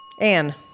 Anne